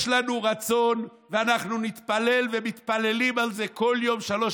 יש לנו רצון ואנחנו נתפלל ומתפללים על זה כל יום שלוש